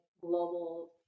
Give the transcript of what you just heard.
global